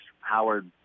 Howard